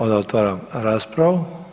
Onda otvaram raspravu.